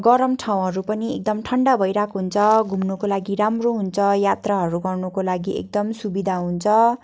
गरम ठाउँहरू पनि एकदम ठन्डा भइरहेको हुन्छ घुम्नुको लागि राम्रो हुन्छ यात्राहरू गर्नुको लागि एकदम सुविधा हुन्छ